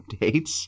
updates